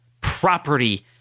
property